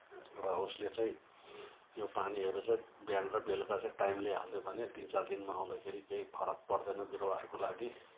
अब उसले चाहिँ त्यो पानीहरू चाहिँ बिहान र बेलुका चाहिँ टाइमली हालिदियो भने तिन चार दिनमा आउँदाखेरि केही फरक पर्दैन बिरुवाहरूको लागि